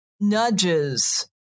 nudges